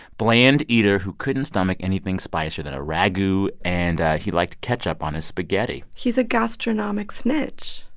bland eater who couldn't stomach anything spicier than a ragu. and he liked ketchup on his spaghetti he's a gastronomic snitch